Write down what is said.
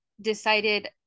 decided